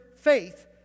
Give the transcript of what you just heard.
faith